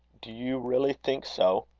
do you really think so?